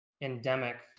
endemic